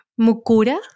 Mukura